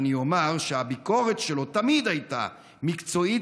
אומר שהביקורת שלו תמיד הייתה מקצועית,